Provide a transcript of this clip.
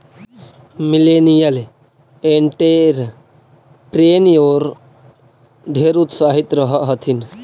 millennial entrepreneur ढेर उत्साहित रह हथिन